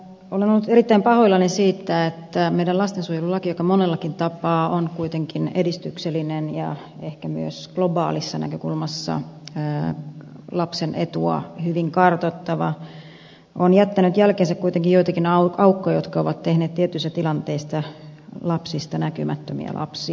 olen ollut erittäin pahoillani siitä että meidän lastensuojelulakimme joka monellakin tapaa on kuitenkin edistyksellinen ja ehkä myös globaalissa näkökulmassa lapsen etua hyvin kartoittava on jättänyt jälkeensä kuitenkin joitakin aukkoja jotka ovat tehneet tietyissä tilanteissa lapsista näkymättömiä lapsia